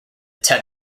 tet